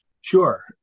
Sure